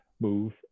move